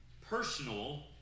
personal